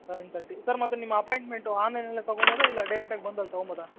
seven thirty sir ಮತ್ತೆ ನಿಮ್ಮ appointment ಆನ್ಲೈನಲ್ಲೆ ತೊಗೊಬೋದ ಇಲ್ಲ ಡೈರೆಕ್ಟಾಗಿ ಬಂದು ಅಲ್ಲಿ ತೊಗೊಳ್ಬೋದ